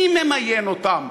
מי ממיין אותם?